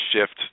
shift